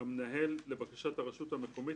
המנהל לבקשת הרשות המקומית,